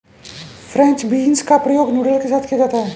French beans का प्रयोग noodles के साथ किया जाता है